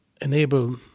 enable